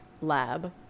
lab